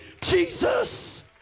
Jesus